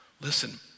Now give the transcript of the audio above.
Listen